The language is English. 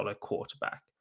quarterback